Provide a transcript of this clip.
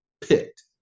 picked